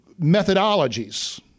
methodologies